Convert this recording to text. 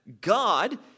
God